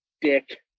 Dick